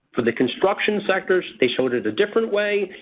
for the construction sector they showed it a different way.